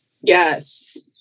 yes